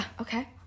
Okay